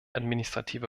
administrative